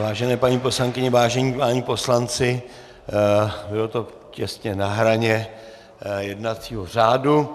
Vážené paní poslankyně, vážení páni poslanci, bylo to těsně na hraně jednacího řádu.